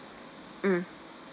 mm